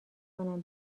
کنم